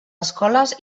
escoles